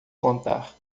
contar